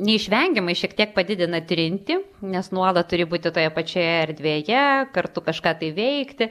neišvengiamai šiek tiek padidina trintį nes nuolat turi būti toje pačioje erdvėje kartu kažką tai veikti